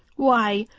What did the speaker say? why,